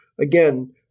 Again